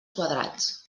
quadrats